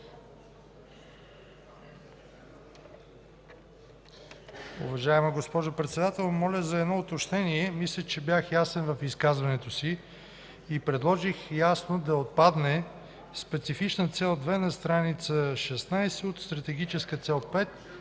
Уважаема госпожо Председател, моля за едно уточнение. Мисля, че бях ясен в изказването си и предложих ясно да отпадне „Специфична цел 2” на страница 16 от „Стратегическа цел 5”,